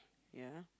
ya